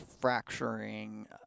fracturing